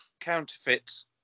counterfeits